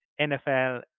NFL